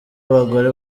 abagore